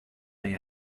they